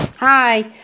Hi